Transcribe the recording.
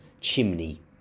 Chimney